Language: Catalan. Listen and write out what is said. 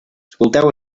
escolteu